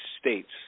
states